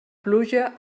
pluja